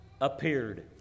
appeared